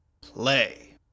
play